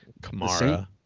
Kamara